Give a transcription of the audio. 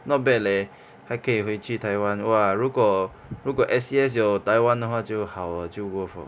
not bad leh 还可以回去 taiwan !wah! 如果如果 S_C_S 有 taiwan 的话就好了就 worth 了